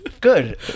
Good